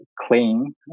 clean